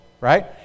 right